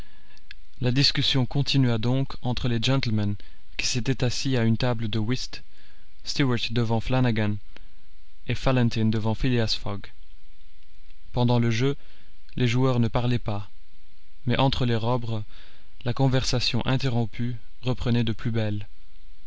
la discussion continua donc entre les gentlemen qui s'étaient assis à une table de whist stuart devant flanagan fallentin devant phileas fogg pendant le jeu les joueurs ne parlaient pas mais entre les robres la conversation interrompue reprenait de plus belle